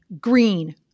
green